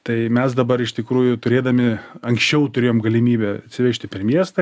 tai mes dabar iš tikrųjų turėdami anksčiau turėjom galimybę atsivežti per miestą